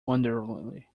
wonderingly